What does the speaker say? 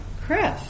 Chris